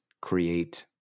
create